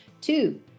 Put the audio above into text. Two